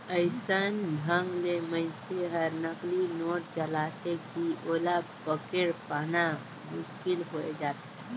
अइसन ढंग ले मइनसे हर नकली नोट चलाथे कि ओला पकेड़ पाना मुसकिल होए जाथे